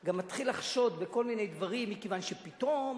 גם מתחיל לחשוד בכל מיני דברים, מכיוון שפתאום,